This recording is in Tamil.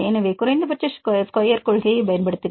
எனவே குறைந்தபட்ச ஸ்கொயர் கொள்கையைப் பயன்படுத்துங்கள்